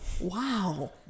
wow